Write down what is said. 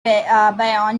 bayonne